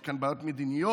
יש כאן בעיות מדיניות,